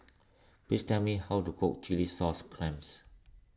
please tell me how to cook Chilli Sauce Clams